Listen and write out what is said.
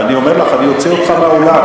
אני אומר לך, אני אוציא אותך מהאולם.